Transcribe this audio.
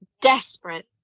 desperate